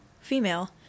female